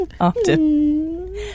often